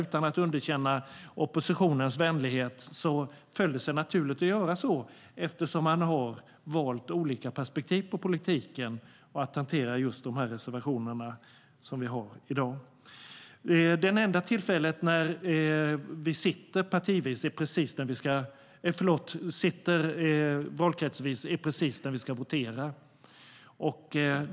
Utan att underkänna oppositionens vänlighet föll det sig naturligt att göra så, eftersom vi har valt olika perspektiv på politiken och på att hantera reservationerna som vi har i dag. Det enda tillfälle då vi sitter valkretsvis är när vi ska votera.